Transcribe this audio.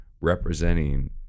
representing